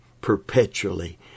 perpetually